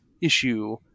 issue